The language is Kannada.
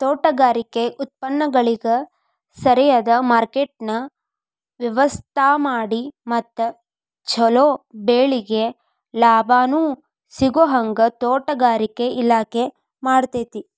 ತೋಟಗಾರಿಕೆ ಉತ್ಪನ್ನಗಳಿಗ ಸರಿಯದ ಮಾರ್ಕೆಟ್ನ ವ್ಯವಸ್ಥಾಮಾಡಿ ಮತ್ತ ಚೊಲೊ ಬೆಳಿಗೆ ಲಾಭಾನೂ ಸಿಗೋಹಂಗ ತೋಟಗಾರಿಕೆ ಇಲಾಖೆ ಮಾಡ್ತೆತಿ